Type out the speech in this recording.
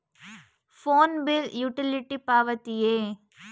Phone bill utility ಪಾವತಿಯೇ?